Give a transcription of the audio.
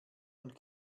und